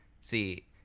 See